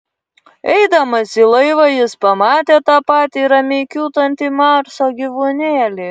eidamas į laivą jis pamatė tą patį ramiai kiūtantį marso gyvūnėlį